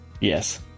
yes